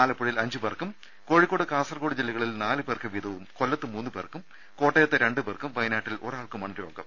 ആലപ്പുഴയിൽ അഞ്ച് പേർക്കും കോഴിക്കോട് കാസർകോട് ജില്ലകളിൽ നാലുപേർക്ക് വീതവും കൊല്ലത്ത് മൂന്ന് പേർക്കും കോട്ടയത്ത് രണ്ട് പേർക്കും വയനാട്ടിൽ ഒരാൾക്കുമാണ് രോഗം